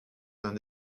d’un